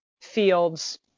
Fields